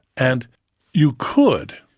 and you could.